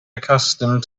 accustomed